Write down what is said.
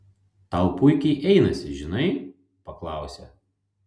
tau puikiai einasi žinai paklausė